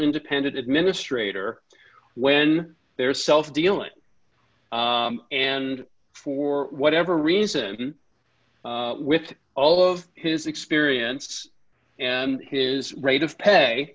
independent administrator when there is self dealing and for whatever reason with all of his experience and his rate of pay